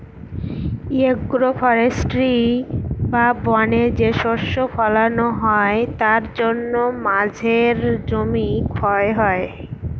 agro forestry বা বনে যে শস্য ফলানো হয় তার জন্য মাঝের জমি ক্ষয় হয়